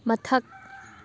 ꯃꯊꯛ